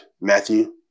Matthew